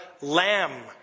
Lamb